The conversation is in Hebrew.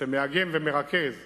והוא מאגם ומרכז משאבים,